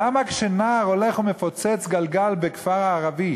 למה כשנער הולך ומפוצץ גלגל בכפר ערבי